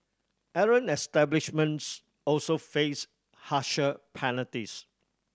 errant establishments also faced harsher penalties